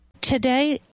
Today